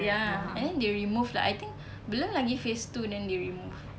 ya and then they remove like I think belum lagi phase two then they remove